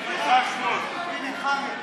שלושה שבועות.